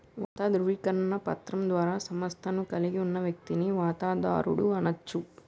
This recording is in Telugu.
వాటా ధృవీకరణ పత్రం ద్వారా సంస్థను కలిగి ఉన్న వ్యక్తిని వాటాదారుడు అనచ్చు